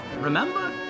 remember